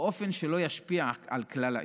באופן שלא ישפיע על כלל העיר.